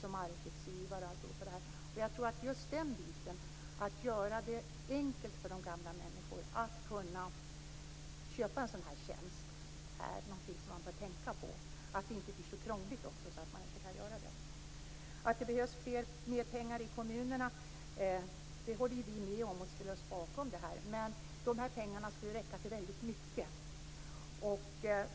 Vi har föreslagit någon form av checkar som man kan köpa där allting ingår så att man slipper bekymra sig om att anmäla sig som arbetsgivare osv. Att det behövs mer pengar i kommunerna håller vi med om och ställer oss bakom. Men de pengarna skall ju räcka till väldigt mycket.